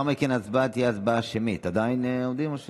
אתה מדבר על